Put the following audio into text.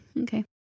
Okay